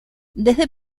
desde